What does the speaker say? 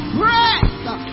breath